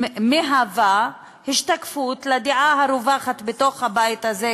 ומהווה השתקפות של הדעה הרווחת בתוך הבית הזה,